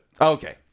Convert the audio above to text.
Okay